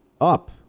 Up